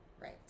Right